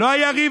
לא היה ריב